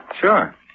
Sure